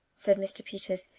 said mr. peters,